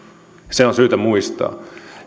se on syytä muistaa